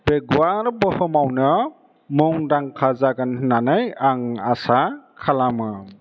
बे गुवार बुहुमावनो मुंदांखा जागोन होननानै आं आसा खालामो